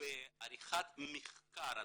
בעריכת מחקר.